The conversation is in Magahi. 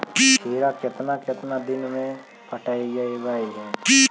खिरा केतना केतना दिन में पटैबए है?